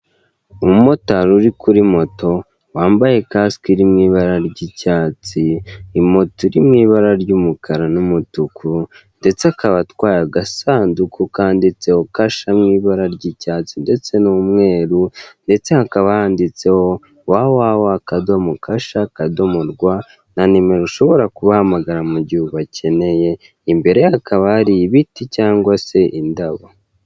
Umumotari uri kuri moto, wambaye kasike iri mu ibara ry'icyatsi, imoto iri mu ibara ry'umukara n'umutuku ndetse akaba atwaye agasanduku kanditseho Kasha mu ibara ry'icyatsi ndetse n'umweru ndetse hakaba handitseho www.kasha.rw na numero ushobora kubahamagara mu gihe ubakeneye, imbere hakaba hari ibiti cyangwa se indabo.